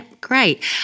great